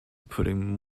putting